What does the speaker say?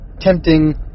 tempting